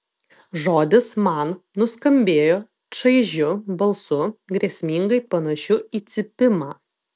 žodis man nuskambėjo čaižiu balsu grėsmingai panašiu į cypimą